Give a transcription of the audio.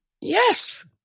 Yes